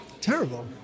terrible